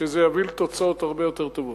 שזה יביא לתוצאות הרבה יותר טובות.